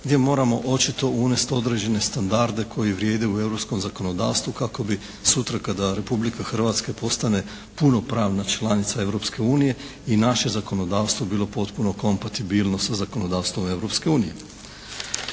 gdje moramo očito unest određene standarde koji vrijede u europskom zakonodavstvu kako bi sutra kada Republika Hrvatska postane punopravna članica Europske unije i naše zakonodavstvo bilo potpuno kompatibilno sa zakonodavstvom Europske unije.